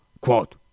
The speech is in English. quote